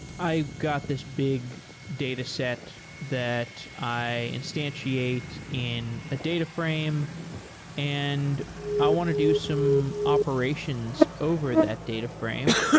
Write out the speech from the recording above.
i've got this big dataset that i instantiate in a data frame and i want to do some operations over that data frame.